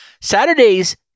Saturday's